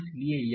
इसलिए यह